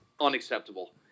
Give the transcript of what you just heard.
Unacceptable